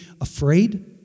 afraid